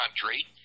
country